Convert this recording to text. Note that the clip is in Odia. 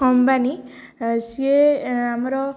ଅମ୍ବାନୀ ସିଏ ଆମର